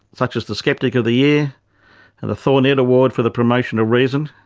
such as the skeptic of the year and the thornett award for the promotion of reason.